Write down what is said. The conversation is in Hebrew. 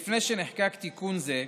התשע"ז 2017. לפני שנחקק תיקון זה,